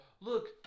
look